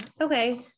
Okay